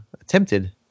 attempted